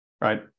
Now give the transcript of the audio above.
right